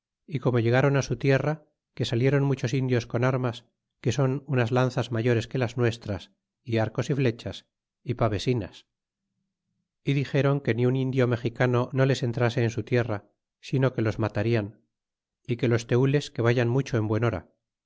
y como llegaron á su tierra que saliéron muchos indios con armas que son unas lanzas mayores que las nuestras y arcos y flechas y pavesinas y dixéron que ni un indio mexicano no les entrase en su tierra sino que los matarian y que los tenles que vayan mucho en buen hora